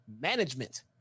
management